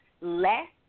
less